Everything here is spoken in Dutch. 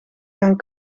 gaan